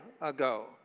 ago